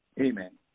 Amen